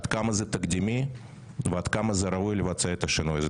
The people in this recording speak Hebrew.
עד כמה זה תקדימי ועד כמה ראוי לבצע את השינוי הזה.